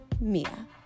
Mia